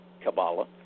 Kabbalah